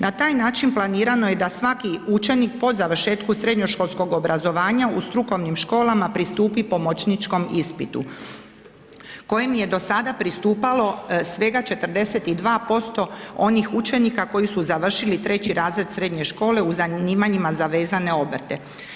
Na taj način planirano je da svaki učenik po završetku srednjoškolskog obrazovanja u strukovnim školama pristupi pomoćničkom ispitu kojem je do sada pristupalo svega 42% onih učenika koji su završili 3. razred srednje škole u zanimanja za vezane obrte.